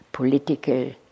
Political